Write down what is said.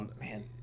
Man